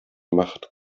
macht